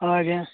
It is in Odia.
ହଁ ଆଜ୍ଞା